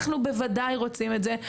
אנחנו בוודאי רוצים את זה,